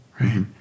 Right